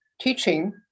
teaching